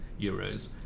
euros